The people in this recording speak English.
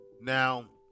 Now